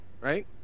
Right